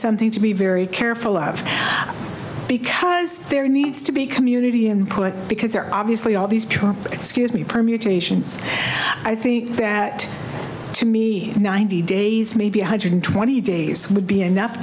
something to be very careful of because there needs to be community input because there are obviously all these cops excuse me permutations i think that to me ninety days maybe one hundred twenty days would be enough